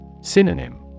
Synonym